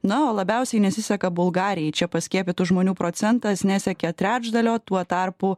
na o labiausiai nesiseka bulgarijai čia paskiepytų žmonių procentas nesiekia trečdalio tuo tarpu